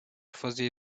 fuzzy